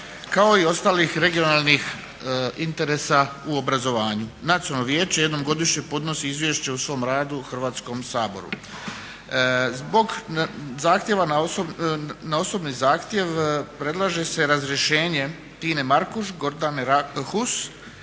kao i ostalih regionalnih interesa u obrazovanju. Nacionalno vijeće jednom godišnje podnosi Izvješće o svom radu Hrvatskom saboru. Zbog zahtjeva na osobni zahtjev predlaže se razrješenje Tine Markuš, Gordane Hus,